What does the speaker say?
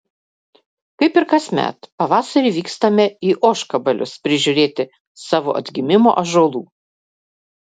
kaip ir kasmet pavasarį vykstame į ožkabalius prižiūrėti savo atgimimo ąžuolų